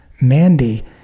mandy